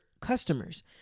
customers